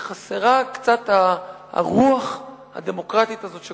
בקרב חברי הכנסת מהליכוד חסרה קצת הרוח הדמוקרטית הזאת,